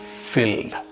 filled